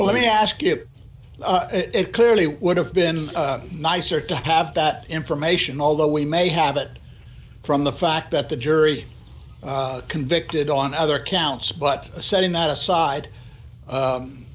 plenty ask it it clearly would have been nicer to have that information although we may have it from the fact that the jury convicted on other counts but setting that aside